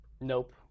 Nope